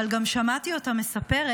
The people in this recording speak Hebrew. אבל גם שמעתי אותה מספרת